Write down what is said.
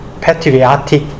patriotic